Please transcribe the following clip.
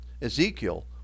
Ezekiel